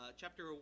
chapter